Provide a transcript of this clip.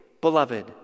beloved